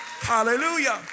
Hallelujah